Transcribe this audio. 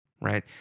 right